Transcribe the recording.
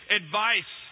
advice